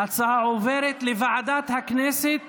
ההצעה עוברת לוועדת הכנסת